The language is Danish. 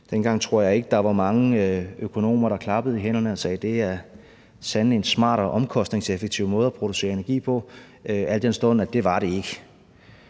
Dengang tror jeg ikke, der var mange økonomer, der klappede i hænderne og sagde, at det sandelig var en smart og omkostningseffektiv måde at producere energi på, al den stund at det var det ikke.